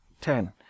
Ten